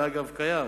ואגב קיים.